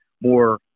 more